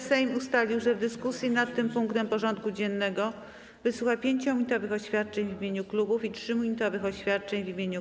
Sejm ustalił, że w dyskusji nad tym punktem porządku dziennego wysłucha 5-minutowych oświadczeń w imieniu klubów i 3-minutowych oświadczeń w imieniu kół.